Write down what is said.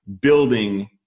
building